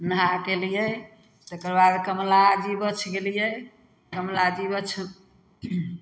नहा कऽ अयलियै तकरबाद कमला जीबछ गेलियै कमला जीबछ